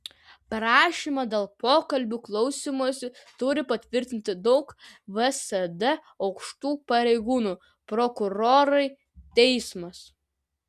prašymą dėl pokalbių klausymosi turi patvirtinti daug vsd aukštų pareigūnų prokurorai teismas